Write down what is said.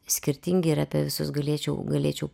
skirtingi ir apie visus galėčiau galėčiau